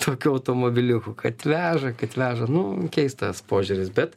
tokiu automobiliuku kad veža kad veža nu keistas požiūris bet